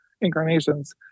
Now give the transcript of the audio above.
incarnations